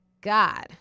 God